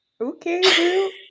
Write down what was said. Okay